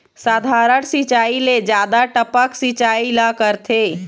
साधारण सिचायी ले जादा टपक सिचायी ला करथे